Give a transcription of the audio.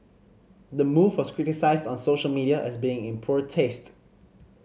the move was criticised on social media as being in poor taste